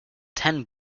ten